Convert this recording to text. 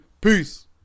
Peace